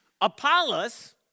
Apollos